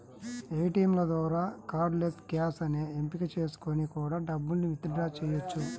ఏటియంల ద్వారా cardless cash అనే ఎంపిక చేసుకొని కూడా డబ్బుల్ని విత్ డ్రా చెయ్యొచ్చు